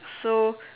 so